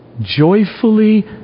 joyfully